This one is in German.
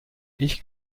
ich